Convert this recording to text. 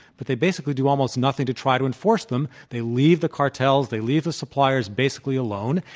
but they basically do almost nothing to try to enforce them. they leave the cartels, they leave the suppliers basically alone,